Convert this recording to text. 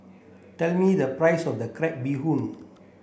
tell me the price of crab bee hoon